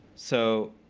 so